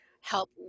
help